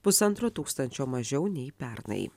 pusantro tūkstančio mažiau nei pernai